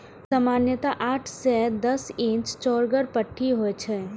सामान्यतः आठ सं दस इंच चौड़गर पट्टी होइ छै